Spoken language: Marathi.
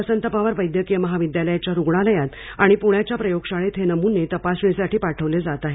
वसंत पवार वैद्यकिय महाविद्यालच्या रूग्णालयात आणि पुण्याच्या प्रयोगशाळेत हे नमुने तपासणीसाठी पाठविले जात आहेत